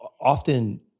often